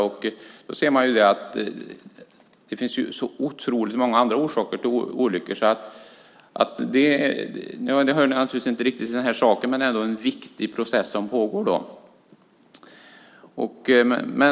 Man ser då att det finns otroligt många andra orsaker till olyckorna. Det hör inte riktigt hit, men det är en viktig process som pågår.